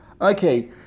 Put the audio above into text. Okay